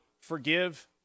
forgive